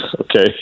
Okay